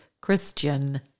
Christian